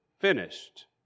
finished